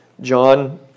John